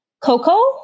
Coco